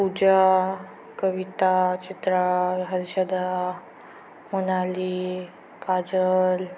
Pooja Kavita Chitra Harshada Monali Kajal